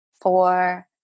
four